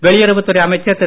வெளியுறவுத் துறை அமைச்சர் திரு